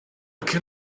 can